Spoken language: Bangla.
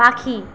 পাখি